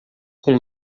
com